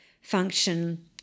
function